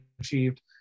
achieved